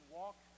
walk